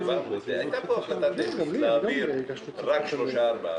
הייתה פה החלטה להעביר רק שלושה-ארבעה